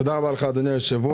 תודה רבה לך, אדוני היושב-ראש.